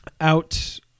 out